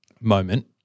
moment